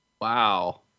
Wow